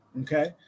Okay